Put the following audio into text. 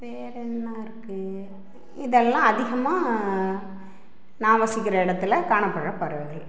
வேறு என்ன இருக்கு இதெல்லாம் அதிகமாக நான் வசிக்கிற இடத்துல காணப்படுகிற பறவைகள்